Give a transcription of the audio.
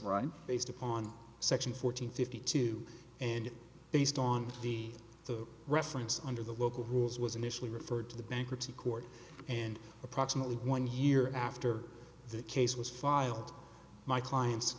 right based upon section fourteen fifty two and based on the so reference under the local rules was initially referred to the bankruptcy court and approximately one year after the case was filed my client